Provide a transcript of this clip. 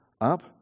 up